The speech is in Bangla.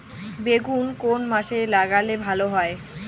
বেগুন কোন মাসে লাগালে ভালো হয়?